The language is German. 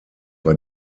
war